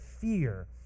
fear